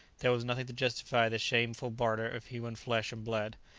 there was nothing to justify this shameful barter of human flesh and blood,